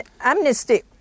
amnesty